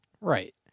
Right